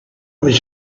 was